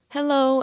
Hello